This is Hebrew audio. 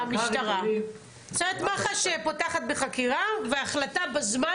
זאת אומרת מח"ש פותחת בחקירה וההחלטה בזמן